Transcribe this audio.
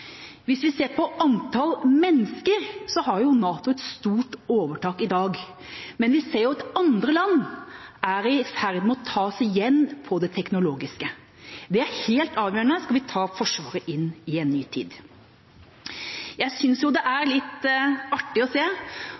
Hvis vi ser på antall mennesker, har NATO et stort overtak i dag, men vi ser at andre land er i ferd med å ta oss igjen på det teknologiske. Det er helt avgjørende skal vi ta Forsvaret inn i en ny tid. Jeg synes det er litt artig å se